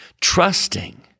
trusting